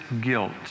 guilt